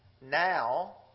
now